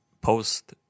post